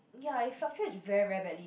ya it fluctuates very very badly